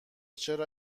چرا